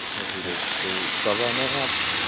अच्छा सूरज तो कब आना है आपको